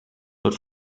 but